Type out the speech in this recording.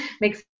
makes